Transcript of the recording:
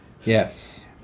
Yes